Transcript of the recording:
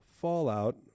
fallout